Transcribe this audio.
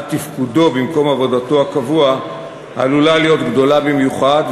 תפקודו במקום עבודתו הקבוע עלולה להיות גדולה במיוחד,